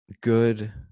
Good